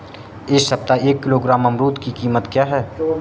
इस सप्ताह एक किलोग्राम अमरूद की कीमत क्या है?